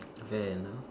okay now